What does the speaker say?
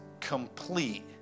complete